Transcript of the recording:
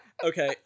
Okay